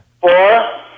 Four